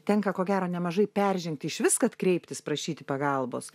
tenka ko gero nemažai peržengti išvis kad kreiptis prašyti pagalbos